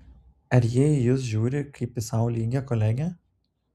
ar jie į jus žiūri kaip į sau lygią kolegę